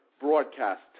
broadcast